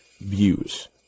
views